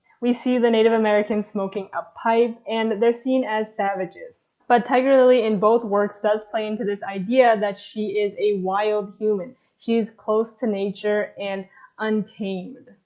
we see the native americans smoking a pipe and they're seen as savages, but tiger lily in both works does play into this idea that she is a wild human she is close to nature and untamed.